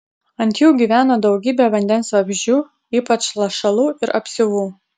ant jų gyveno daugybė vandens vabzdžių ypač lašalų ir apsiuvų